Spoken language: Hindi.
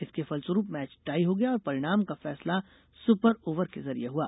इसके फलस्वरूप मैच टाई हो गया और परिणाम का फैसला सुपर ओवर के जरिये हआ